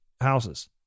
houses